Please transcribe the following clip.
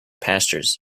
pastures